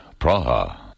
Praha